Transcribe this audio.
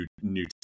new